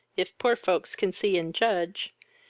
if poor folks can see and judge,